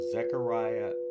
Zechariah